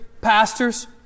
pastors